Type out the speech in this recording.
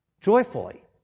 Joyfully